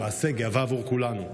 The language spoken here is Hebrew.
למעשה גאווה עבור כולנו.